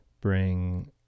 bring